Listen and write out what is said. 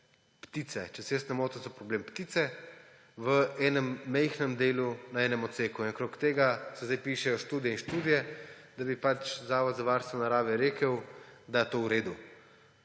ptice; če se ne motim, so problem ptice v enem manjšem delu na enem odseku. In glede tega se zdaj pišejo študije in študije, da bi pač Zavod za varstvo narave rekel, da je to v redu.